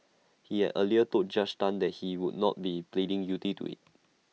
he had earlier told Judge Tan that he would not be pleading guilty to IT